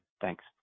thanks